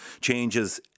changes